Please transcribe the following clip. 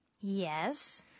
Yes